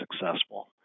successful